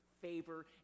favor